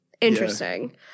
Interesting